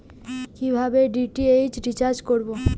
কিভাবে DTH recharge করব?